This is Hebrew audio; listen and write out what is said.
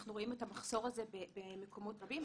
אנחנו רואים את המחסור הזה במקומות רבים,